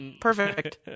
perfect